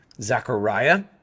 Zachariah